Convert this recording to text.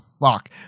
fuck